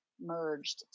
merged